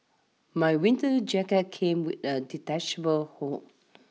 my winter jacket came with a detachable hood